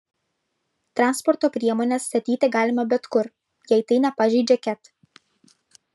transporto priemones statyti galima bet kur jei tai nepažeidžia ket